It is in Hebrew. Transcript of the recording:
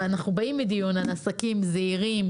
ואנחנו באים מדיון על עסקים זעירים,